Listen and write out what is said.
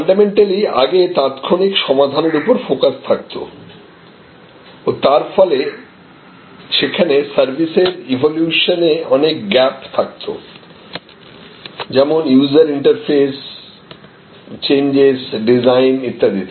fundamentally আগে তাৎক্ষণিক সমাধান এর উপর ফোকাস থাকতো ও তার ফলে সেখানে সার্ভিসের ইভোলিউশনে অনেক গ্যাপ থাকতো যেমন ইউজার ইন্টারফেস চেঞ্জেস ডিজাইন ইত্যাদিতে